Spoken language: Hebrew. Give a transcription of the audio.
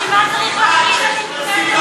בשביל מה צריך להכניס, טרור?